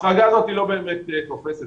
ההחרגה הזאת לא באמת תופסת.